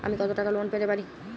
আমি কত টাকা লোন পেতে পারি?